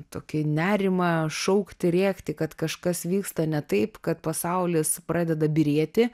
tokį nerimą šaukti rėkti kad kažkas vyksta ne taip kad pasaulis pradeda byrėti